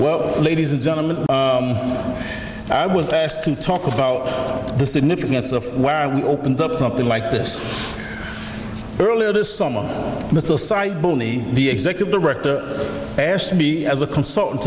well ladies and gentlemen i was asked to talk about the significance of where we opened up something like this earlier this summer mr aside the executive director asked me as a consultant